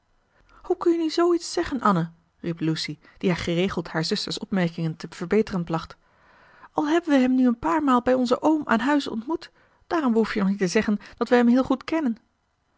hoe kan je nu zooiets zeggen anne riep lucy die geregeld haar zuster's opmerkingen te verbeteren placht al hebben we hem nu een paar maal bij onzen oom aan huis ontmoet daarom behoef je nog niet te zeggen dat we hem heel goed kennen